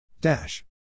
Dash